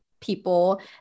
people